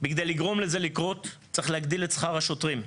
כדי לגרום לזה לקרות, צריך להגדיל את שכר השוטרים.